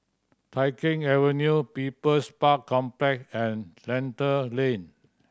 Tai Keng Avenue People's Park Complex and Lentor Lane